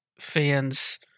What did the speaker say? fans